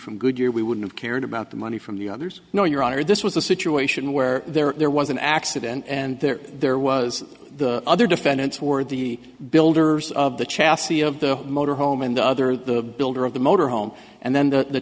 from goodyear we wouldn't have cared about the money from the others no your honor this was a situation where there was an accident and there there was the other defendants or the builders of the chassis of the motor home and the other the builder of the motor home and then the